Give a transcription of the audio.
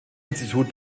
institut